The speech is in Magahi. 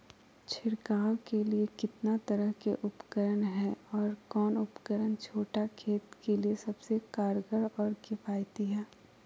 छिड़काव के लिए कितना तरह के उपकरण है और कौन उपकरण छोटा खेत के लिए सबसे कारगर और किफायती है?